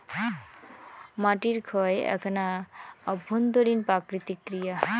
মাটির ক্ষয় এ্যাকনা অভ্যন্তরীণ প্রাকৃতিক ক্রিয়া